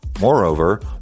Moreover